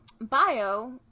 bio